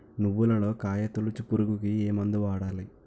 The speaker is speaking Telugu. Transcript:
నువ్వులలో కాయ తోలుచు పురుగుకి ఏ మందు వాడాలి?